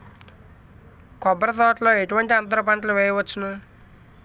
కొబ్బరి తోటలో ఎటువంటి అంతర పంటలు వేయవచ్చును?